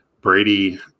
Brady